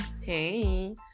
Hey